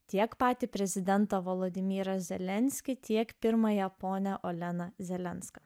tiek patį prezidentą vladimirą zelenskį tiek pirmąją ponią oleną zelenską